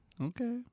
Okay